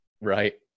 Right